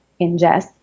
ingest